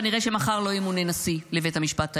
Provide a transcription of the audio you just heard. כנראה שמחר לא ימונה נשיא לבית המשפט העליון.